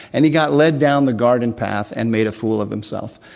and he got led down the garden path and made a fool of himself.